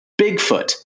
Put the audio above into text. bigfoot